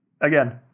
Again